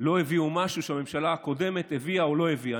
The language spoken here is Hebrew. לא הביאה משהו שהממשלה הקודמת הביאה או לא הביאה.